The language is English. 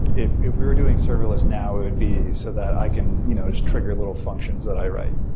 if if we were doing serverless now, it would be so that i can you know just trigger little functions that i write.